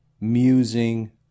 Musing